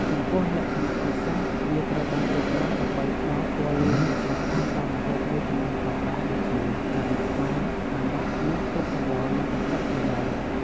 ចំពោះលក្ខណៈពិសេស វាត្រូវបានគេប្រើដើម្បីផ្តល់ពណ៌លឿងដ៏ស្រស់ស្អាតដល់ម្ហូបមួយចំនួនផងដែរដូចជា ការីខ្មែរ អាម៉ុក និងទឹកសម្លនំបញ្ចុកជាដើម។